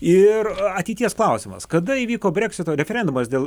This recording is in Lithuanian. ir ateities klausimas kada įvyko breksito referendumas dėl